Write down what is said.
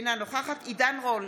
אינה נוכחת עידן רול,